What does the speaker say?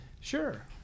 Sure